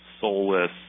soulless